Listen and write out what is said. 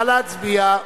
נא להצביע.